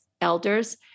elders